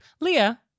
Leah